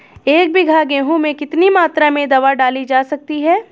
एक बीघा गेहूँ में कितनी मात्रा में दवा डाली जा सकती है?